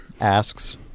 asks